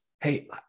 hey